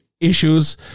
issues